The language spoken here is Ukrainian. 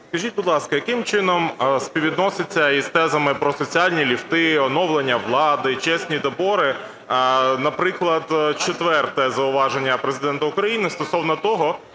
скажіть, будь ласка, яким чином співвідноситься із тезами про "соціальні ліфти", "оновлення влади", "чесні добори", наприклад, четверте зауваження Президента України стосовно того,